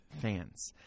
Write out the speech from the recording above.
fans